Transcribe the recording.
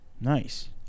nice